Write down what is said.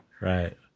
right